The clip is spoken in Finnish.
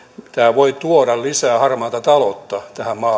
voi tuoda tähän maahan lisää harmaata taloutta